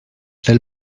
del